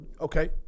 Okay